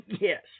Yes